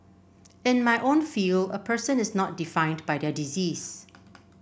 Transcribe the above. in my own field a person is not defined by their disease